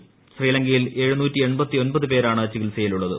ക ്ര്ശീലങ്കയിൽ പേരാണ് ചികിത്സയിലുള്ളത്